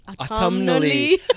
autumnally